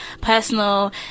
personal